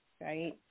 right